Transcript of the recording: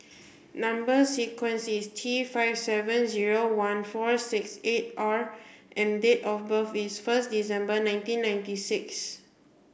number sequence is T five seven zero one four six eight R and date of birth is first December nineteen ninety six